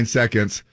seconds